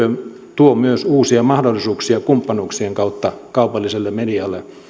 tuo myös uusia mahdollisuuksia kumppanuuksien kautta kaupalliselle medialle